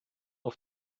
auf